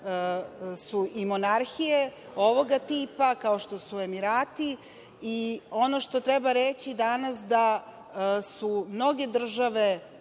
su monarhije ovoga tipa, kao što su Emirati. Ono što treba reći danas jeste da su mnoge države